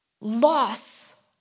loss